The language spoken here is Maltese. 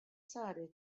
saret